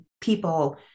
people